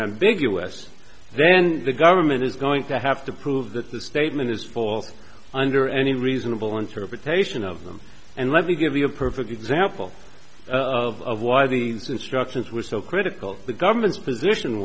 around big us then the government is going to have to prove that the statement is for under any reasonable interpretation of them and let me give you a perfect example of why the instructions were so critical the government's position